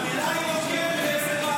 איפה שר האוצר?